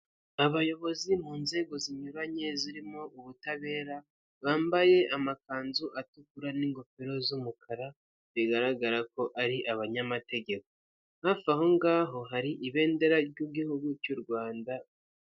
Abayobozi mu nzego zinyuranye zirimo ubutabera, bambaye amakanzu atukura n'ingofero z'umukara bigaragara ko ari abanyamategeko, hafi aho ngaho hari ibendera ry'igihugu cy'u Rwanda.